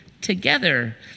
together